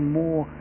more